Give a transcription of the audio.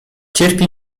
cierpi